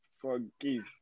Forgive